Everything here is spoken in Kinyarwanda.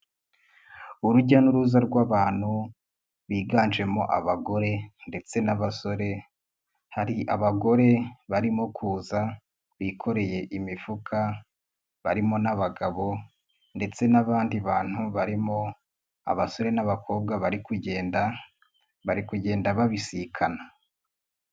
Urujya n'uruza rw'abantu ,biganjemo abagore ndetse n'abasore, hari abagore barimo kuza bikoreye imifuka, barimo n'abagabo ndetse n'abandi bantu barimo abasore n'abakobwa bari kugenda, bari kugenda babisikana.